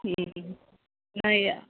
नाही